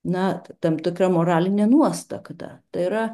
na tam tikra moraline nuostata tai yra